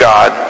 God